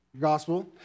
gospel